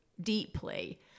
deeply